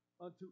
unto